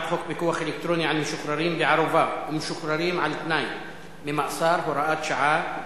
פיקוח אלקטרוני על משוחררים בערובה ומשוחררים על-תנאי ממאסר (הוראת שעה)